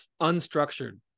unstructured